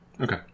Okay